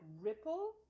ripple